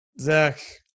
Zach